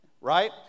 Right